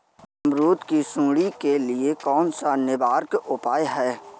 अमरूद की सुंडी के लिए कौन सा निवारक उपाय है?